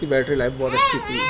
اس کی battery life بہت اچھی تھی